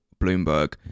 Bloomberg